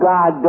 God